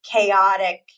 chaotic